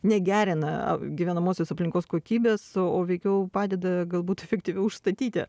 negerina gyvenamosios aplinkos kokybės o veikiau padeda galbūt efektyviau užstatyti